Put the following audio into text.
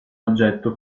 oggetto